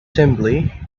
simply